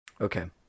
Okay